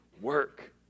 work